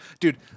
dude